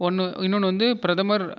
ஒன்று இன்னொன்று வந்து பிரதமர்